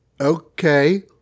Okay